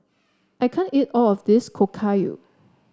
I can't eat all of this Okayu